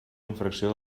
infracció